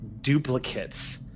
duplicates